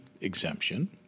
exemption